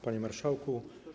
Panie Marszałku!